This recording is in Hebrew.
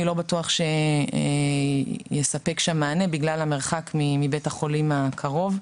לא בטוח שיספק שם מענה בגלל המרחק מבית החולים הקרוב.